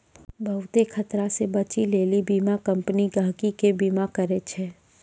बहुते खतरा से बचै लेली बीमा कम्पनी गहकि के बीमा करै छै